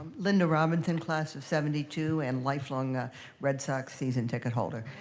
linda robinson class of seventy two and lifelong red sox season ticket holder.